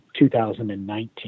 2019